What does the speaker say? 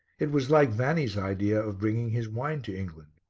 it was like vanni's idea of bringing his wine to england.